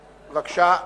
בבקשה.